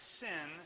sin